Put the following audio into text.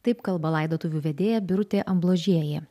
taip kalba laidotuvių vedėja birutė ambložėja